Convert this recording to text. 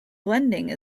blending